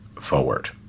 forward